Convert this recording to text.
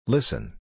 Listen